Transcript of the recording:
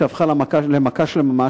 שהפכה למכה של ממש,